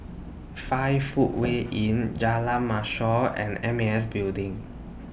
five Footway Inn Jalan Mashor and M A S Building